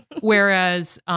whereas